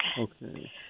Okay